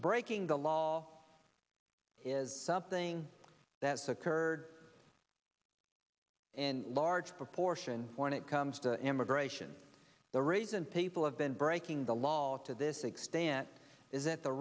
breaking the law is something that's occurred in large proportion when it comes to immigration the reason people have been breaking the law to this extent is that the